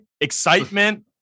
excitement